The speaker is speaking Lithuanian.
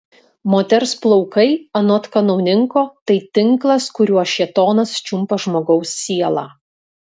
moters plaukai anot kanauninko tai tinklas kuriuo šėtonas čiumpa žmogaus sielą